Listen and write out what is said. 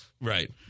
Right